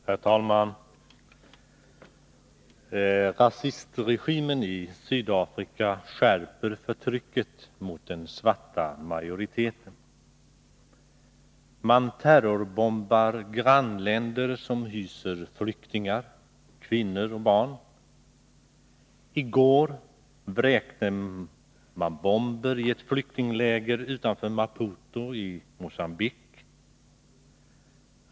Herr talman! Rasistregimen i Sydafrika skärper förtrycket mot den svarta majoriteten. Man terrorbombar grannländer som hyser flyktingar — kvinnor och barn. I går vräkte man bomber i ett flyktingläger utanför Maputo i Mocambique.